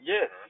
Yes